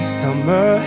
summer